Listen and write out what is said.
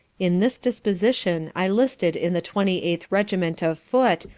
in this disposition i listed in the twenty-eighth regiment of foot,